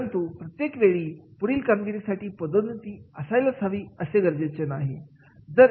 परंतु प्रत्येक वेळी पुढील कामगिरीसाठी पदोन्नती असायलाच पाहिजे असे गरजेचे नाही